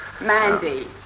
Mandy